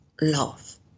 love